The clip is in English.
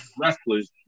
wrestlers